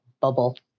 bubble